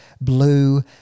blue